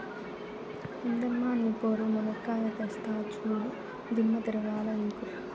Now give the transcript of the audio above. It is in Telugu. ఎందమ్మ నీ పోరు, మునక్కాయా తెస్తా చూడు, దిమ్మ తిరగాల నీకు